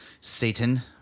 Satan